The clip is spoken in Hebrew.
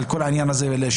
על כל העניין של הביומטרי,